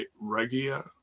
Regia